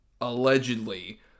allegedly